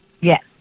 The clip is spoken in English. Yes